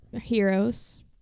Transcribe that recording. Heroes